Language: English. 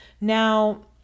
Now